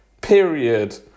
period